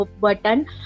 button